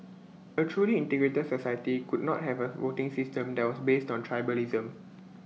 A truly integrated society could not have A voting system that was based on tribalism